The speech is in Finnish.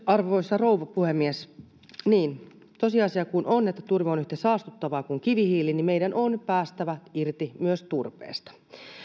arvoisa rouva puhemies niin tosiasia kun on että turve on yhtä saastuttavaa kuin kivihiili niin meidän on päästävä irti myös turpeesta